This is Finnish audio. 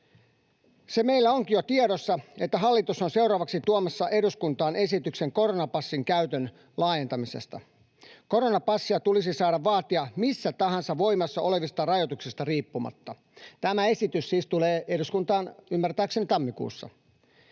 Se meillä onkin jo tiedossa, että hallitus on seuraavaksi tuomassa eduskuntaan esityksen koronapassin käytön laajentamisesta. Koronapassia tulisi saada vaatia missä tahansa voimassa olevista rajoituksista riippumatta. Tämä esitys siis tulee eduskuntaan ymmärtääkseni tammikuussa.